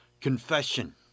Confession